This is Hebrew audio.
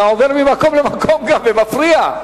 אתה עובר ממקום למקום ומפריע.